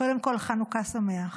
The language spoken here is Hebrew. קודם כול חנוכה שמח.